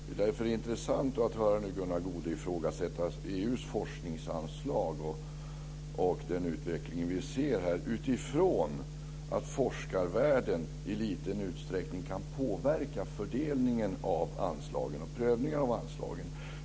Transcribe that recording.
Det är därför intressant att nu höra Gunnar Goude ifrågasätta EU:s forskningsanslag och den utveckling vi ser här, utifrån att forskarvärlden i liten utsträckning kan påverka fördelningen av anslagen och prövningar av anslagen.